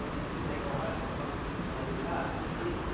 हो मोनसे जायगायावहाय खालभार्ट ब्रिद्ज बानायदों ना सिसि